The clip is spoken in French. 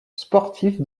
sportif